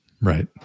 right